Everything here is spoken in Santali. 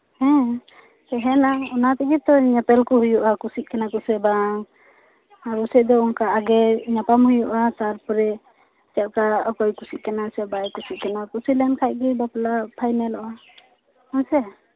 ᱦᱮᱸᱻ ᱛᱟᱦᱮᱸᱱᱟ ᱚᱱᱟ ᱛᱮᱜᱮᱛᱚ ᱧᱮᱯᱮᱞ ᱠᱚ ᱦᱩᱭᱩᱜᱼᱟ ᱠᱩᱥᱤᱜ ᱠᱟᱱᱟ ᱠᱚ ᱥᱮ ᱵᱟᱝ ᱟᱵᱚ ᱥᱮᱫ ᱫᱚ ᱚᱝᱠᱟ ᱟᱜᱮ ᱧᱟᱯᱟᱢ ᱦᱩᱭᱩᱜᱼᱟ ᱛᱟᱨᱯᱚᱨᱮ ᱪᱮᱫ ᱞᱮᱠᱟ ᱚᱠᱚᱭ ᱠᱩᱥᱤᱜ ᱠᱟᱱᱟᱭᱥᱮ ᱵᱟᱭ ᱠᱩᱥᱤᱜ ᱠᱟᱱᱟ ᱠᱩᱥᱤ ᱞᱮᱱ ᱠᱷᱟᱱ ᱜᱮ ᱵᱟᱯᱞᱟ ᱯᱷᱟᱭᱱᱮᱞᱚᱜᱼᱟ ᱦᱮᱸᱥᱮ